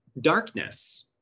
darkness